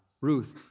Ruth